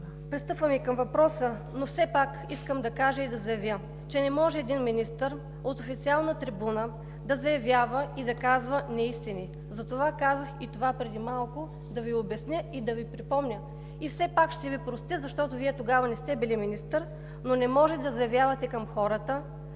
Пристъпвам и към въпроса, но все пак искам да заявя, че не може един министър от официална трибуна да казва неистини. Затова преди малко казах това – да Ви обясня и да Ви припомня. И все пак ще Ви простя, защото Вие тогава не сте били министър. Но не може да заявявате на хората,